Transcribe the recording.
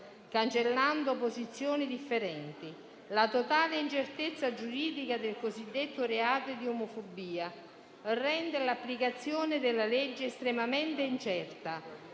cancellando posizioni differenti. La totale incertezza giuridica del cosiddetto reato di omofobia rende l'applicazione della legge estremamente incerta